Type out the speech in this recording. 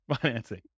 financing